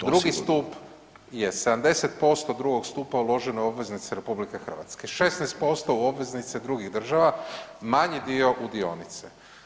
Drugi stup … [[Upadica iz klupe se ne razumije]] je, 70% drugog stupa uloženo je u obveznice RH, 16% u obveznice drugih država, manji dio u dionice.